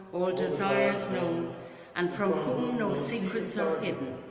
all desires known and from whom no secrets are hidden,